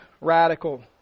radical